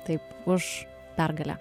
taip už pergalę